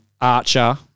Archer